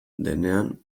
denean